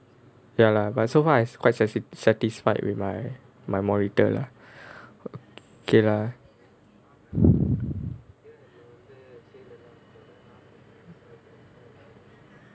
ya lah but so far I is quite sati~ satisfied with my my monitor lah okay lah